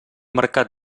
mercat